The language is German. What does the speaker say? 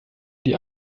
die